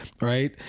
right